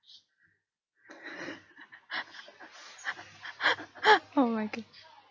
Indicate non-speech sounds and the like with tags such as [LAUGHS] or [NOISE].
[LAUGHS] oh my gosh